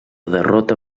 derrota